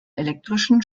elektrischen